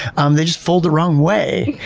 um they just fold the wrong way,